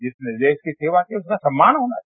जिसने देश की सेवा की उनका सम्मान होना चाहिए